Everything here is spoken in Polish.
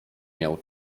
miał